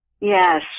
Yes